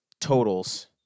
totals